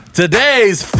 today's